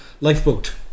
Lifeboat